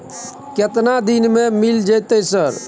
केतना दिन में मिल जयते सर?